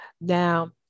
Now